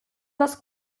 was